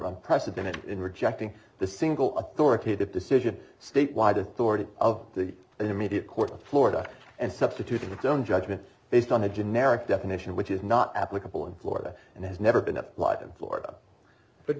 unprecedented in rejecting the single authoritative decision statewide authority of the immediate court of florida and substitute its own judgment based on the generic definition which is not applicable in florida and has never been that live in florida but